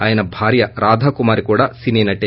ఆయన భార్య రాధాకుమారి కూడా సినీనటే